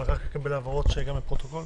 אבל צריך לקבל הבהרות שגם לפרוטוקול